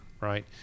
Right